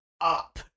up